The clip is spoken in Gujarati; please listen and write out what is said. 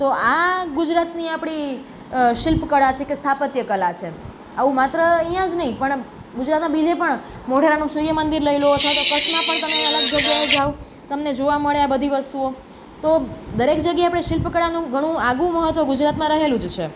તો આ ગુજરાતની આપણી શિલ્પકળા છે કે સ્થાપત્ય કલા છે આવું માત્ર અહીં જ નહીં પણ ગુજરાતનાં બીજે પણ મોઢેરાનું સૂર્ય મંદિર લઈ લો અથવા તો કચ્છમાં પણ તમે અલગ જગ્યાએ જાઓ તમને જોવા મળે આ બધી વસ્તુઓ તો દરેક જગ્યા આપણે શિલ્પકળાનું ઘણું આગવું મહત્વ ગુજરાતમાં રહેલું જ છે